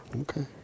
Okay